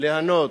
ליהנות